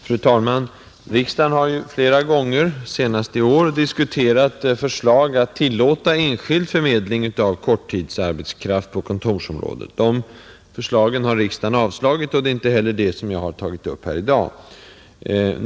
Fru talman! Riksdagen har flera gånger, senast i år, diskuterat förslag att tillåta enskild förmedling av korttidsarbetskraft på kontorsområdet. Dessa förslag har riksdagen avslagit, och det är inte heller det som jag har tagit upp i dag.